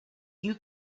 you